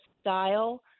style